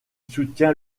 soutient